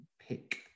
pick